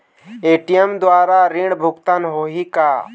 ATM द्वारा ऋण भुगतान होही का?